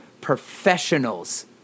professionals